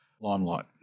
limelight